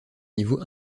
niveau